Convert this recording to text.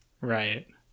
Right